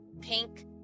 pink